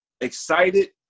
excited